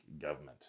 government